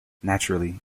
naturally